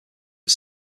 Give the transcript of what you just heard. are